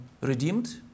Redeemed